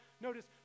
notice